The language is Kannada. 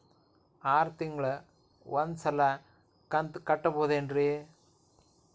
ಆರ ತಿಂಗಳಿಗ ಒಂದ್ ಸಲ ಕಂತ ಕಟ್ಟಬಹುದೇನ್ರಿ?